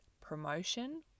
promotion